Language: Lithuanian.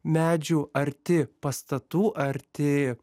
medžių arti pastatų arti